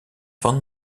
van